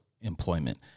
employment